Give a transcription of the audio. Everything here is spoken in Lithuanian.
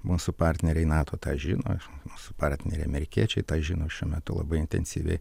mūsų partneriai nato tą žino mūsų partneriai amerikiečiai tą žino šiuo metu labai intensyviai